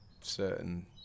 certain